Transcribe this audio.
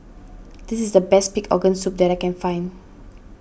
this is the best Pig Organ Soup that I can find